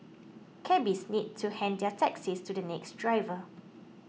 cabbies need to hand their taxis to the next driver